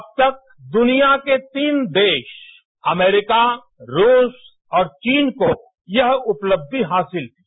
अब तक दुनिया के तीन देरा अमरीका रूस और चीन को यह उपलक्षि हासिल थी